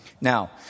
Now